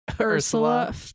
Ursula